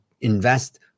invest